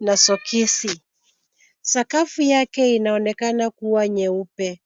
na sokisi. Sakafu yake inaonekana kuwa nyeupe.